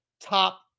top